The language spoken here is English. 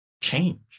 change